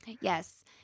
Yes